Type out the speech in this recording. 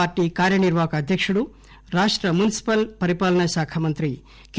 party కార్యనిర్వాహక అధ్యకుడు రాష్ట మున్సిపల్ పరిపాలన శాఖ మంత్రి కె